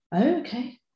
Okay